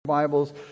Bibles